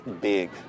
big